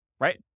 right